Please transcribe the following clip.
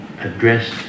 addressed